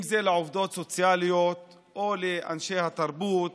אם זה של עובדות סוציאליות או אנשי התרבות